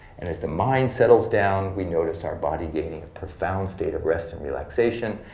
and as the mind settles down, we notice our body gaining a profound state of rest and relaxation.